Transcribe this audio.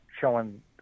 showing